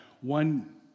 one